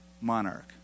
monarch